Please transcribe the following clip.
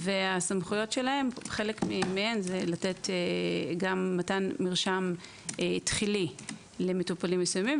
והסמכויות שלהן חלק מהן זה לתת גם מרשם תחילי למטופלים מסוימים,